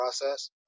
process